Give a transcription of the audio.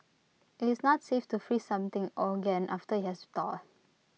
IT is not safe to freeze something again after IT has thawed